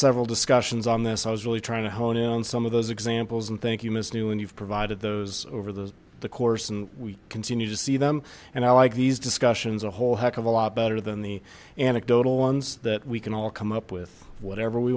several discussions on this i was really trying to hone in on some of those examples and think you miss new and you've provided those over the course and we continue to see them and i like these discussions a whole heck of a lot better than the anecdotal ones that we can all come up with whatever we